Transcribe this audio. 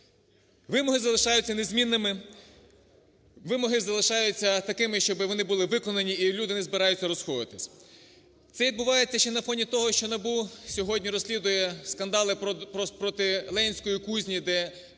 Вимоги залишаються незмінними, вимоги залишаються такими, щоб вони були виконані і люди не збираються розходитися. Це відбувається ще на фоні того, що НАБУ сьогодні розслідує скандали проти "Ленінської кузні", де